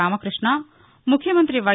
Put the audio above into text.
రామకృష్ణ ముఖ్యమంతి వై